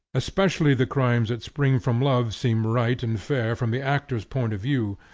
especially the crimes that spring from love seem right and fair from the actor's point of view,